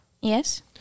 Yes